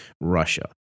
Russia